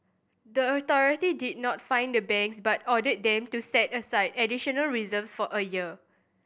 the authority did not fine the banks but ordered them to set aside additional reserves for a year